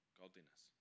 godliness